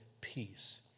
peace